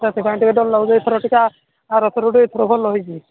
ସେଥିପାଇଁ ଟିକେ ଡର ଲାଗୁଛି ଏଥର ଟିକେ ଆର ଥରଠୁ ଏଥର ଭଲ ହୋଇଛି